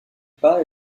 pas